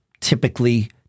typically